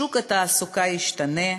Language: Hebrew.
שוק התעסוקה ישתנה,